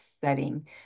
setting